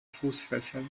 fußfessel